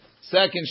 Second